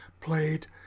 played